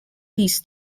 these